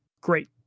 great